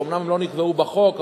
שאומנם לא נקבעו בחוק,